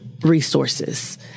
resources